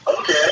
Okay